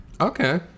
Okay